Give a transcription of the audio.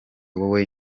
wowe